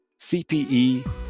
CPE